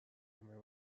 همهی